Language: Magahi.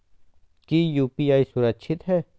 की यू.पी.आई सुरक्षित है?